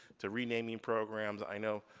to renaming programs i know,